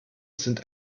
sind